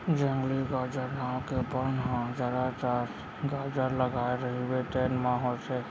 जंगली गाजर नांव के बन ह जादातर गाजर लगाए रहिबे तेन म होथे